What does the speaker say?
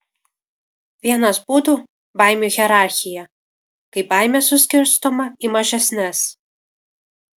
vienas būdų baimių hierarchija kai baimė suskirstoma į mažesnes